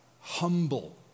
humble